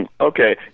okay